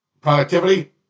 productivity